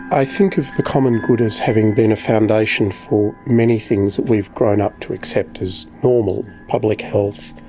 i think of the common good as having been a foundation for many things that we've grown up to accept as normal, public health,